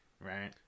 Right